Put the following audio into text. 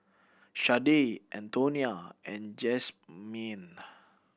Shardae Antonia and Jazmyne